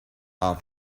are